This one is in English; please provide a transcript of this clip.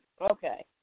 Okay